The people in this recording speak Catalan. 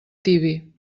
tibi